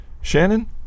Shannon